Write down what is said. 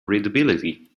readability